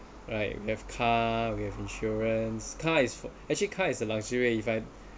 right we have car we have insurance car is for actually car is a luxury if I